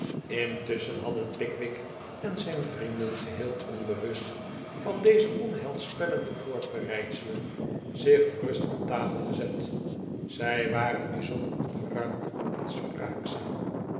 intusschen hadden pickwick en zijn vrienden geheel onbewust van deze onheilspellende voorbereidselen zich gerust aan tafel gezet zij waren bijzonder opgeruimd en spraakzaam